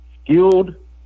Skilled